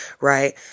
right